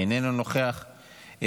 איננו נוכח.